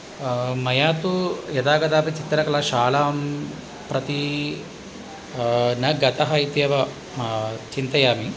मया तु यदा कदापि चित्रकलाशालां प्रति न गतः इत्येव चिन्तयामि